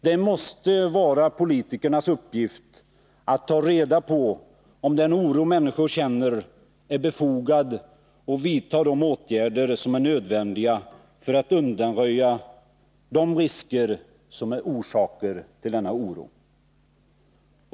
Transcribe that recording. Det måste vara politikernas uppgift att ta reda på om den oro människor känner är befogad och vidta de åtgärder som är nödvändiga för att undanröja de risker som är orsaken till denna oro.